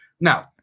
Now